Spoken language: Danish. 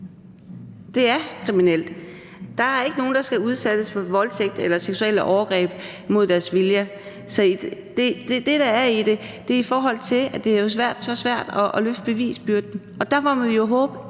Det er kriminelt. Der er ikke nogen, der skal udsættes for voldtægt eller seksuelle overgreb, altså noget, der er imod deres vilje. Det, der er i det, er, at det er svært at løfte bevisbyrden, og der må vi jo håbe,